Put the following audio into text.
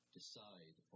decide